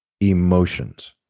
emotions